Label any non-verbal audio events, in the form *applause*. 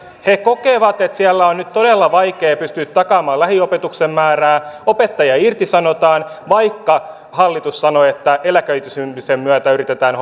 he kokevat että siellä on nyt todella vaikea pystyä takaamaan lähiopetuksen määrää opettajia irtisanotaan vaikka hallitus sanoi että eläköitymisen myötä yritetään *unintelligible*